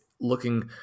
looking